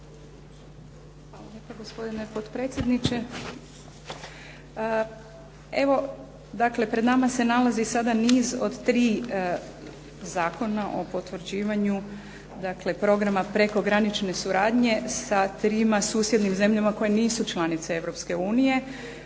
lijepa gospodine potpredsjedniče.